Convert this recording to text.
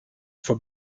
for